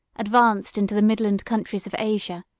advanced into the midland countries of asia,